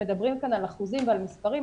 מדברים כאן על אחוזים ומספרים,